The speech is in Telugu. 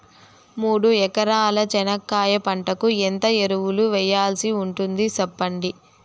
మూడు ఎకరాల చెనక్కాయ పంటకు ఎంత ఎరువులు వేయాల్సి ఉంటుంది సెప్పండి?